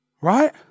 Right